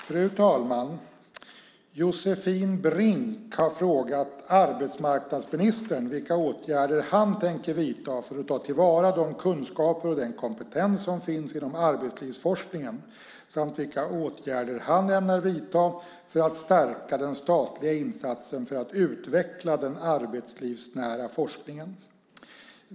Fru talman! Josefin Brink har frågat arbetsmarknadsministern vilka åtgärder han tänker vidta för att ta till vara de kunskaper och den kompetens som finns inom arbetslivsforskningen samt vilka åtgärder han ämnar vidta för att stärka den statliga insatsen för att utveckla den arbetslivsnära forskningen.